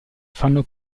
fanno